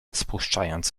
spuszczając